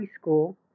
school